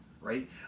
right